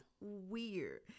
weird